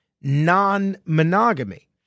non-monogamy